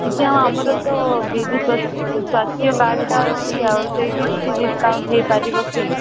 ଆଜ୍ଞା ଆଉ ଆମର ତ ବିଜୁ ସ୍ୱାସ୍ଥ୍ୟ କାର୍ଡ୍ଟା ଅଛି ଆଉ ସେଇଠି କିଛି ଡିସ୍କାଉଣ୍ଟ୍ ହୋଇପାରିବ କି